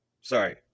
sorry